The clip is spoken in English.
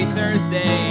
Thursday